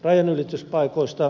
rajanylityspaikoista